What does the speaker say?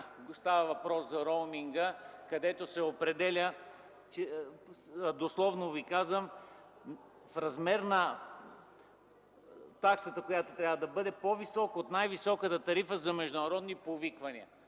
става въпрос за роуминга, където се определя, дословно ви казвам: размерът на таксата, която трябва да бъде, е по-висок от най-високата тарифа за международни повиквания.